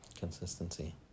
Consistency